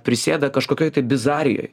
prisėda kažkokioj tai bizarijoj